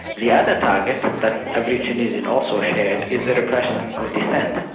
the other target but that every tunisian also shared is the repression of dissent.